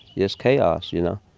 just chaos, you know.